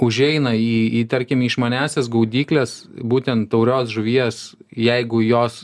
užeina į į tarkim į išmaniąsias gaudykles būtent taurios žuvies jeigu jos